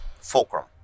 fulcrum